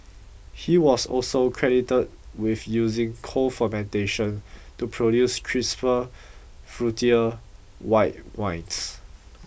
he was also credited with using cold fermentation to produce crisper fruitier white wines